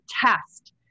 test